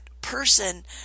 person